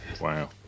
wow